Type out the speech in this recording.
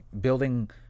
Building